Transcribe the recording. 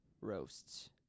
roasts